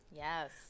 Yes